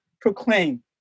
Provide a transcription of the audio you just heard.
proclaim